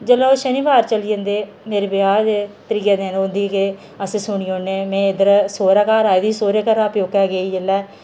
जिसले ओह् शनीवार चली जंदे मेरे ब्याह् दे त्रिये दिन उंदे कि असें सुनी ओड़ने के में इद्धर सौहरे घर आई दी सौहरे घरा प्योके गेई जिसलै